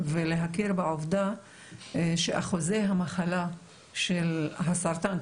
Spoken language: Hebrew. ולהכיר בעובדה שאחוזי המחלה של הסרטן,